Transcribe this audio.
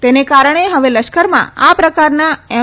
તેને કારણે હવે લશ્કરમાં આ પ્રકારના એમ